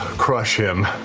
crush him.